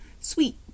Sweet